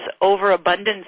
overabundance